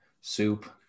soup